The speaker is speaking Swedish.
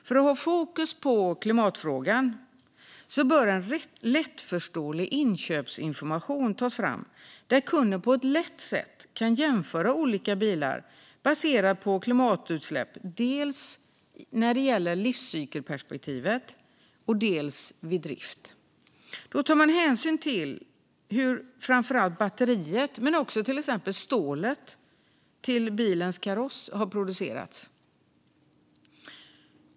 För att ha fokus på klimatfrågan bör en lättförståelig inköpsinformation tas fram där kunden på ett lätt sätt kan jämföra olika bilar baserat på klimatutsläpp dels i livscykelperspektivet, dels i drift. Då tar man också hänsyn till hur framför allt batteriet men också till exempel stålet till bilens kaross har producerats.